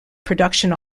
production